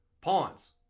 Pawns